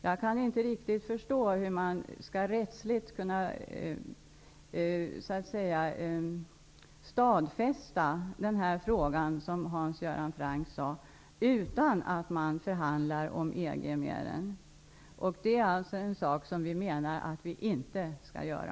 Jag kan inte riktigt förstå hur man rättsligt så att säga skall kunna stadfästa den här frågan, som Hans Göran Franck sade, utan att man förhandlar med EG om den. Det är alltså något som vi menar att vi inte skall göra.